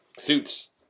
suits